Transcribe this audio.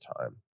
time